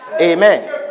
Amen